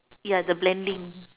ya the blending